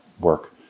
work